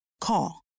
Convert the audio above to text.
Call